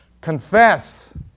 Confess